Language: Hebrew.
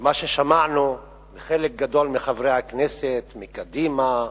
ומה ששמענו מחלק גדול מחברי הכנסת מקדימה,